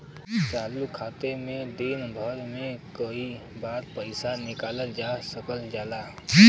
चालू खाता में दिन भर में कई बार पइसा निकालल जा सकल जाला